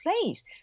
place